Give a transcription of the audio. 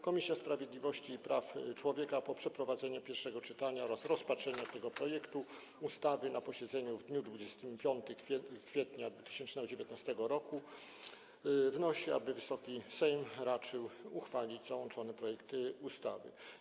Komisja Sprawiedliwości i Praw Człowieka po przeprowadzeniu pierwszego czytania oraz rozpatrzeniu tego projektu ustawy na posiedzeniu w dniu 25 kwietnia 2019 r. wnosi, aby Wysoki Sejm raczył uchwalić załączony projekt ustawy.